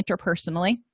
interpersonally